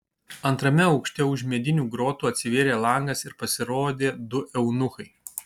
antrame aukšte už medinių grotų atsivėrė langas ir pasirodė du eunuchai